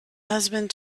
husband